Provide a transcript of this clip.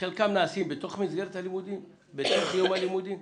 חלקם נעשים במסגרת הלימודים, בתוך יום הלימודים.